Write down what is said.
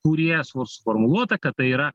kurie su suformuluota kad tai yra